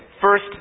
first